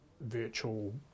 virtual